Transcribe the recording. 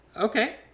Okay